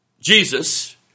Jesus